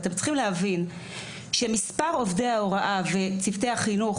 אבל אתם צריכים להבין שמספר עובדי ההוראה וצוותי החינוך